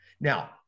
Now